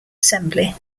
assembly